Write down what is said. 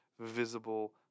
visible